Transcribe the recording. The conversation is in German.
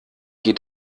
geht